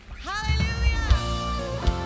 Hallelujah